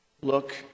look